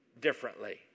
differently